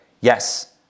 Yes